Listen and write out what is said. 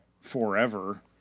forever